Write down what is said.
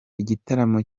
igitaramo